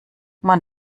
man